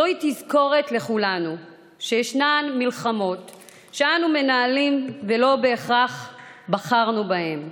זוהי תזכורת לכולנו שיש מלחמות שאנו מנהלים ולא בהכרח בחרנו בהן,